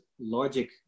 logic